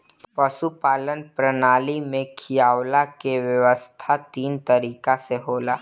पशुपालन प्रणाली में खियवला कअ व्यवस्था तीन तरीके से होला